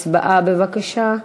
הצבעה, בבקשה.